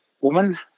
woman